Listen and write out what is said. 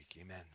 Amen